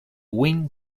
win